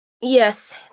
Yes